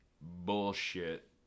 bullshit